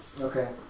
Okay